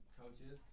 coaches